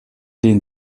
den